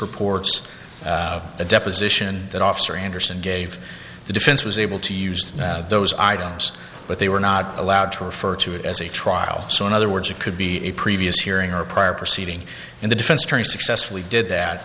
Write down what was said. reports a deposition that officer anderson gave the defense was able to use those items but they were not allowed to refer to it as a trial so in other words it could be a previous hearing or a prior proceeding and the defense attorney successfully did that